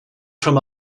from